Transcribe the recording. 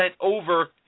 over